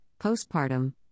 Postpartum